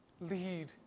lead